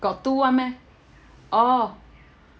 got two [one] meh orh